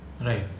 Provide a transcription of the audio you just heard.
Right